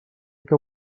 que